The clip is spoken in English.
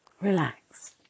Relax